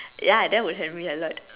ya that would help me a lot